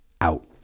out